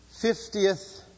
fiftieth